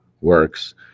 Works